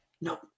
No